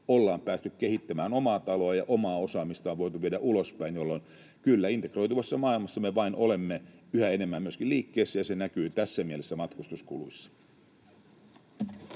ollaan päästy kehittämään omaa taloa ja omaa osaamista on voitu viedä ulospäin, jolloin kyllä integroituvassa maailmassa me vain olemme yhä enemmän myöskin liikkeessä, ja se näkyy tässä mielessä matkustuskuluissa.